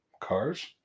cars